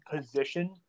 position